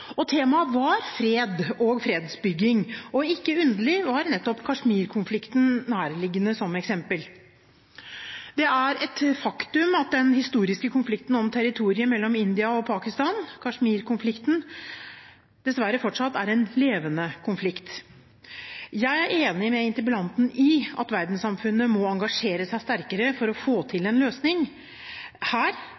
Temaet var fred og fredsbygging, og ikke underlig var nettopp Kashmir-konflikten nærliggende som eksempel. Det er et faktum at den historiske konflikten om territoriet mellom India og Pakistan, Kashmir-konflikten, dessverre fortsatt er en levende konflikt. Jeg er enig med interpellanten i at verdenssamfunnet må engasjere seg sterkere for å få til